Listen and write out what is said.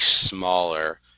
smaller